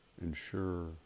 ensure